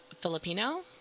Filipino